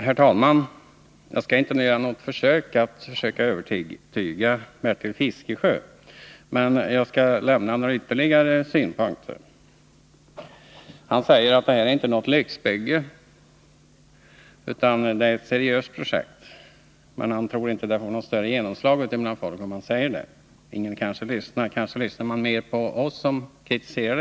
Herr talman! Jag skall inte göra något försök att övertyga Bertil Fiskesjö, men jag skall lämna några ytterligare synpunkter. Bertil Fiskesjö säger att detta inte är något lyxbygge, utan ett seriöst projekt, men han tror inte att den synpunkten får något större genomslag. Kanske ingen lyssnar på honom, eller kanske lyssnar man mera på oss som kritiserar.